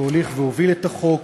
שהוליך והוביל את החוק,